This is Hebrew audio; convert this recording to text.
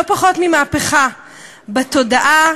לא פחות ממהפכה בתודעה